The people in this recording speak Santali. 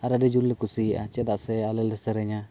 ᱟᱨ ᱟᱹᱰᱤ ᱡᱳᱨᱞᱮ ᱠᱩᱥᱤᱭᱟᱜᱼᱟ ᱪᱮᱫᱟᱜ ᱥᱮ ᱟᱞᱮ ᱞᱮ ᱥᱮᱨᱮᱧᱟ